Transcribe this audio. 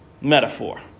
metaphor